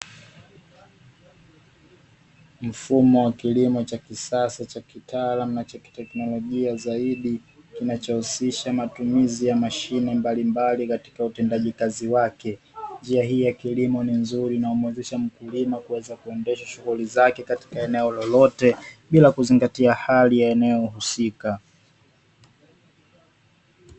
Mfumo wa kilimo cha kisasa, cha kitaalamu na cha kiteknolojia zaidi; kinachohusisha matumizi ya mashine mbalimbali katika utendaji kazi wake, njia hii ya kilimo ni nzuri inayomuwezesha mkulima kuweza kuendesha shughuli zake katika eneo lolote; bila kuzingatia hali ya eneo husika.